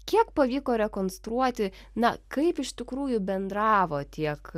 kiek pavyko rekonstruoti na kaip iš tikrųjų bendravo tiek